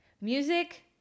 Music